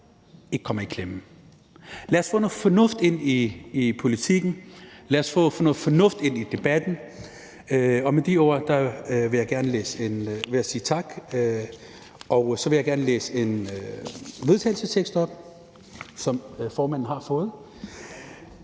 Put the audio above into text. ikke kommer i klemme. Lad os få noget fornuft ind i politikken. Lad os få noget fornuft ind i debatten. Med de ord vil jeg sige tak. Og så vil jeg gerne på vegne af Frie Grønne læse en vedtagelsestekst op, som formanden har fået: